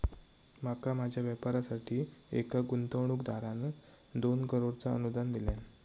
माका माझ्या व्यापारासाठी एका गुंतवणूकदारान दोन करोडचा अनुदान दिल्यान